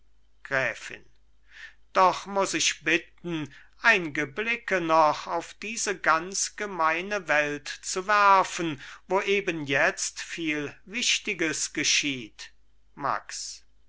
gräfin doch muß ich bitten einge blicke noch auf diese ganz gemeine welt zu werfen wo eben jetzt viel wichtiges geschieht max